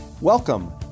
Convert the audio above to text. Welcome